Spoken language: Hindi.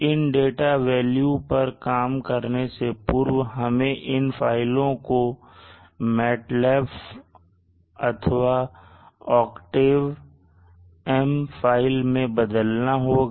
इन डाटा वेल्यू पर काम करने से पूर्व हमें इन फाइलों को MATL AB फाइल अथवा octave M फाइल में बदलना होगा